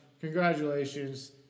Congratulations